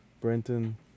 Brenton